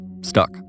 stuck